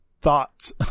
thoughts